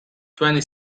twenty